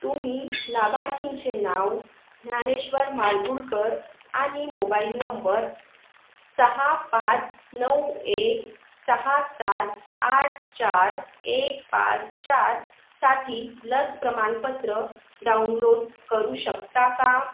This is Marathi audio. तुम्ही लाभार्थीचे नाव ज्ञानेश्वर माडगूडकर आणि मोबाईल नंबर सहा पाच नऊ एक सहा सात आठ चार एक पाच चारसाठी लस प्रमाणपत्र डाउनलोड करू शकता का